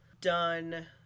done